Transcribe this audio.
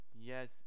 yes